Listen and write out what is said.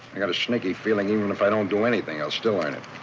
i've got a sneaky feeling even if i don't do anything i'll still earn